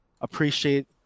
appreciate